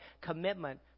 commitment